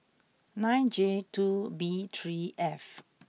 nine J two B three F